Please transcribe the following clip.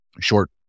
short